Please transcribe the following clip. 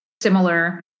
similar